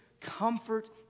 comfort